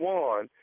one